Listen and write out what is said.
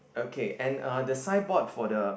okay and uh the signboard for the